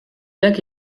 lac